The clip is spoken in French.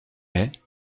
est